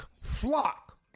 flock